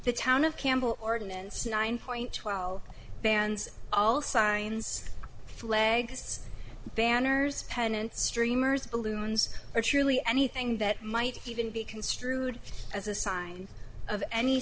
town of campbell ordinance nine point twelve bans all signs two legs banners pennants streamers balloons are truly anything that might even be construed as a sign of any